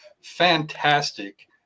fantastic